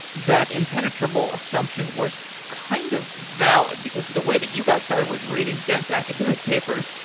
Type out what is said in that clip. that impenetrable assumption was kind of valid, because the way that you got started was reading dense academic papers.